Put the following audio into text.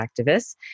activists